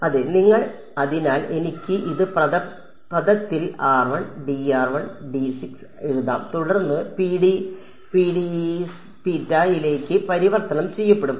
അതെ നിങ്ങൾ അതിനാൽ എനിക്ക് ഇത് പദത്തിൽ എഴുതാം തുടർന്ന് ലേക്ക് പരിവർത്തനം ചെയ്യപ്പെടും